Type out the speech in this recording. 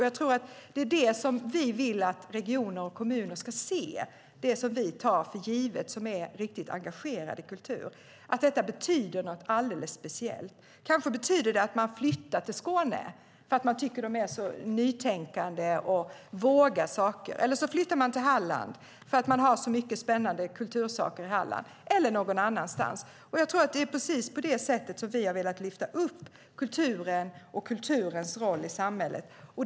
Jag tror att det är det som vi vill att regioner och kommuner ska se, det som vi som är riktigt engagerade i kultur tar för givet, att detta betyder något alldeles speciellt. Kanske betyder det att man flyttar till Skåne, för man tycker att de är så nytänkande och vågar saker där. Eller så flyttar man till Halland, för de har så mycket spännande kultur i Halland. Eller så flyttar man någon annanstans. Jag tror att det är precis på det sättet som vi har velat lyfta upp kulturen och kulturens roll i samhället.